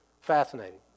Fascinating